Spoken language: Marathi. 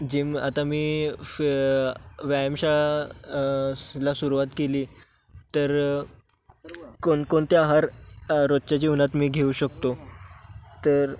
जिम आता मी फ्या व्यायामशाळा ला सुरवात केली तर कोणकोणते आहार रोजच्या जीवनात मी घेऊ शकतो तर